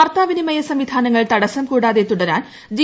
വാർത്താ വിനിമയ സംവിധാനങ്ങൾ തടസ്സം കൂടാതെ തുടരാൻ ജി